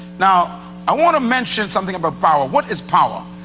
now i want to mention something about power, what is power?